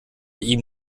ihm